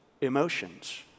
emotions